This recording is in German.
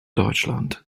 deutschland